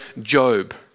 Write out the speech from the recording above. Job